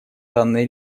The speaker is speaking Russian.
данной